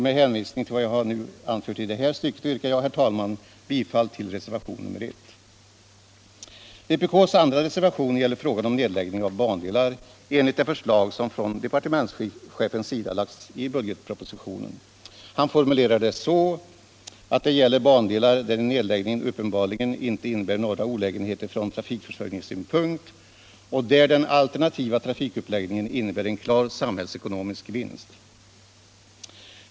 Med hänvisning till vad jag har anfört i det här stycket yrkar jag, herr talman, bifall till reservationen 1. Vpk:s andra reservation gäller frågan om nedläggning av bandelar enligt det förslag som departementschefen lagt fram i budgetpropositionen. Han formulerar det så att det gäller bandelar, där en nedläggning uppenbarligen inte innebär några olägenheter från trafikförsörjningssynpunkt och där den alternativa trafikuppläggningen innebär en klar samhällsekonomisk vinst.